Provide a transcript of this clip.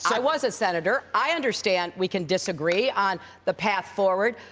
i was a senator. i understand we can disagree on the path forward.